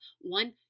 One